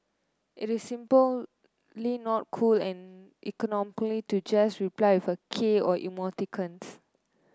it is simply not cool and to just reply with a k or emoticons